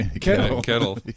kettle